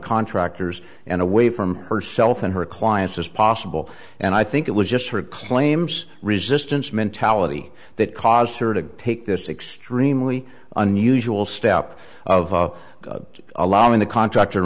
contractors and away from herself and her clients as possible and i think it was just her claims resistance mentality that caused her to take this extremely unusual step of allowing the contractor